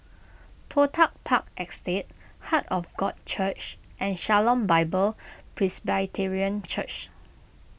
Toh Tuck Park Estate Heart of God Church and Shalom Bible Presbyterian Church